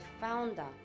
founder